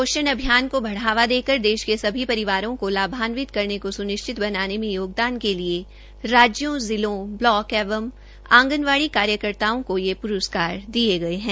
पोषण अभियान को बढ़ावा देकर देश के सभी परिवारों को लाभान्वित करने को सुनिश्चित बनाने में योगदान के लिए राज्यों जिलों ब्लॉक एवं आंगनवाड़ी कार्यकर्ताओं को ये प्रस्कार दिए गए है